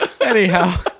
Anyhow